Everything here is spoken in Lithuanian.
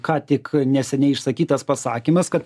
ką tik neseniai išsakytas pasakymas kad